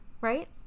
right